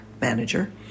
manager